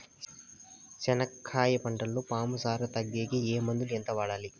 చెనక్కాయ పంటలో పాము సార తగ్గేకి ఏ మందులు? ఎంత వాడాలి?